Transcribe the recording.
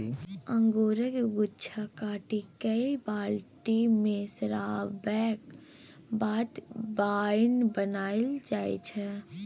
अंगुरक गुच्छा काटि कए बाल्टी मे सराबैक बाद बाइन बनाएल जाइ छै